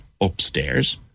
upstairs